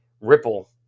Ripple